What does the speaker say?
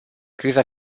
criza